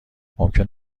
ممکن